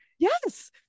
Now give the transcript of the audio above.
Yes